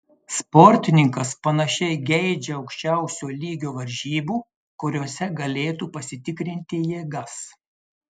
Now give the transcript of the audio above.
sportininkas panašiai geidžia aukščiausio lygio varžybų kuriose galėtų pasitikrinti jėgas